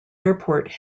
airport